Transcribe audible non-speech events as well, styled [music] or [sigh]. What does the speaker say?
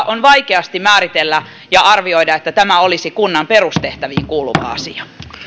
[unintelligible] on vaikea määritellä ja arvioida että tämä olisi kunnan perustehtäviin kuuluva asia